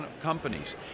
companies